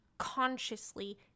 consciously